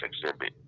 Exhibit